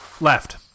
Left